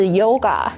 yoga